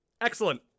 Excellent